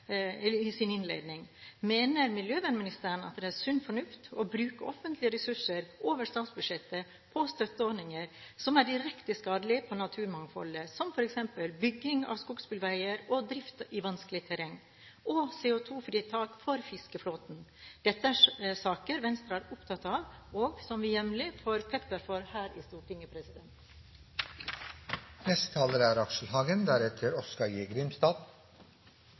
i sin innledning: Mener miljøvernministeren at det er sunn fornuft å bruke offentlige ressurser over statsbudsjettet på støtteordninger som er direkte skadelige på naturmangfoldet, som f.eks. bygging av skogsbilveier og drift i vanskelig terreng og CO2-fritak for fiskerflåten? Dette er saker Venstre er opptatt av, og som vi jevnlig får pepper for her i Stortinget.